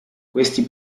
questi